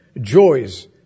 joys